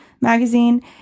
magazine